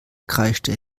kreischte